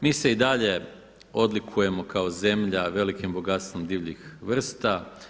Mi se i dalje odlikujemo kao zemlja velikim bogatstvom divljih vrsta.